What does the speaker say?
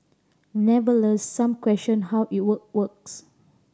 never less some questioned how it would works